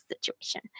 situation